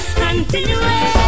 continue